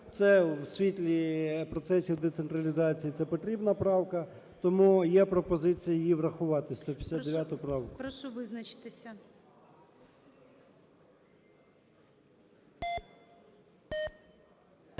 Це в світлі процесів децентралізації, це потрібна правка, тому є пропозиція її врахувати, 159 правку.